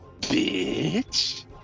BITCH